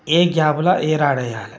ఏ గ్యాపులో ఏ రాడ్ వేయాలి